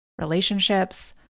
relationships